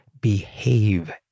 Behave